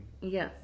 Yes